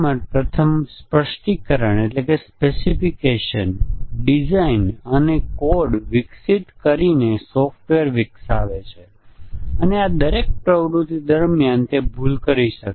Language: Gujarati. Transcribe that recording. બીજા સ્ટેટમેન્ટ સાથે સ્ટેટમેન્ટનું રિપ્લેસમેન્ટ ઉદાહરણ તરીકે ઓપરેટર સાથે સમાન અથવા તેનાથી ઓછું સત્ય સાથે એક્ષ્પ્રેશનનું રિપ્લેસમેન્ટ કરીશું